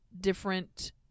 different